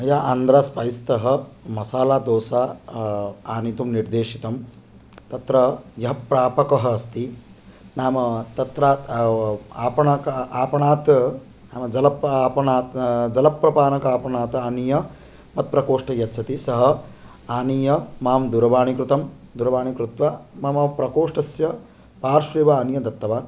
मया आन्द्रास्पैस्तः मसालादोसा आनितुं निर्देशितं तत्र यः प्रापकः अस्ति नाम तत्र आपणक आपणात् नाम जल आप आपणात् जलप्रपाणकआपणात् आनीय मत् प्रकोष्ठे यच्छति सः आनीय माम् दूरवाणी कृतं दूरवाणी कृत्वा मम प्रकोष्ठस्य पार्श्वे वा आनीय दत्तवान्